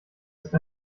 ist